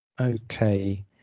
okay